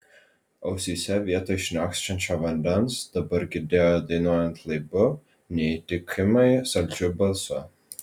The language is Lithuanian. ausyse vietoj šniokščiančio vandens dabar girdėjo dainuojant laibu neįtikimai saldžiu balsu